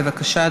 בבקשה,